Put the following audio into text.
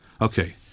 Okay